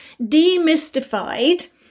demystified